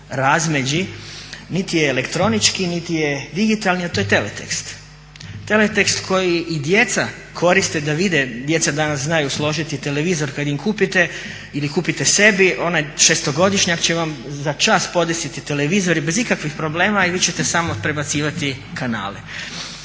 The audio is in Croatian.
niti je elektronički niti je digitalni, a to je teletekst. Teletekst koji i djeca koriste da vide, djeca danas znaju složiti TV kad im kupite ili kupite sebi, onaj 6-godišnjak će vam začas podesiti TV bez ikakvih problema i vi ćete samo prebacivati kanale.